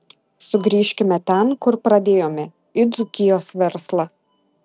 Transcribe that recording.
sugrįžkime ten kur pradėjome į dzūkijos verslą